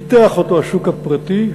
ופיתח אותו השוק הפרטי.